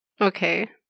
Okay